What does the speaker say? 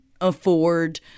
afford